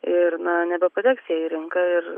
ir na nebepateks jie į rinką ir